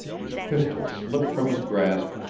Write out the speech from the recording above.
his pistol slipped from his grasp,